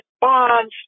Bonds